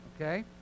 Okay